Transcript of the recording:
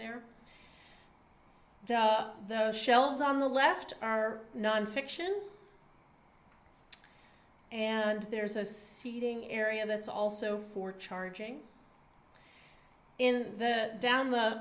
there those shelves on the left are nonfiction and there's a seating area that's also for charging in the down the